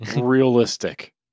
realistic